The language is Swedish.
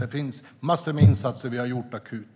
Det är massor av insatser som vi har gjort akut.